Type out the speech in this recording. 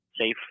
safe